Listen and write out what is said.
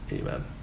Amen